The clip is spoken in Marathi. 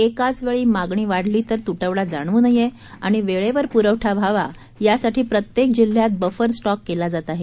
एकाच वेळी मागणी वाढली तर तुटवडा जाणवू नये आणि वेळेवर पुरवठा व्हावा यासाठी प्रत्येक जिल्ह्यात बफर स्टॉक केला जात आहे